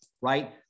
right